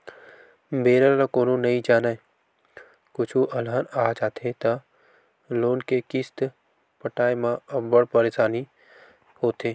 बेरा ल कोनो नइ जानय, कुछु अलहन आ जाथे त लोन के किस्त पटाए म अब्बड़ परसानी होथे